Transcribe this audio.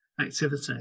activity